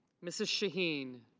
mrs. shaheen.